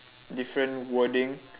different wording